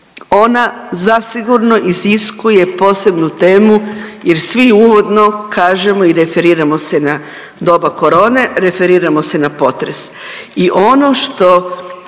ona zasigurno iziskuje posebnu temu jer svi uvodno kažemo i referiramo se na doba korone, referiramo se na potres.